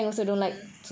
mm